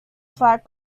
flat